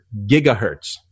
gigahertz